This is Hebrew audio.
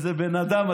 איזה בן אדם,